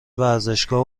ورزشگاه